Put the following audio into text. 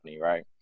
Right